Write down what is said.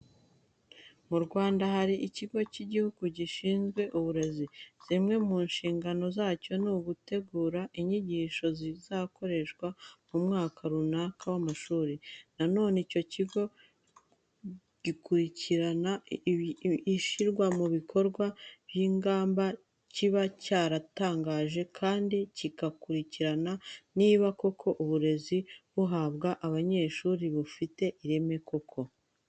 Mu Rwanda hari ikigo cy'igihugu gishinzwe uburezi. Zimwe mu nshingano zacyo ni ugutegura inyigisho zizakoreshwa mu mwaka runaka w'amashuri. Na none icyo kigo gukurikirana ishyirwa mu bikorwa by'ingamba kiba cyaratangaje kandi kigakurikirana niba koko uburezi buhabwa abanyeshuri bufite ireme koko.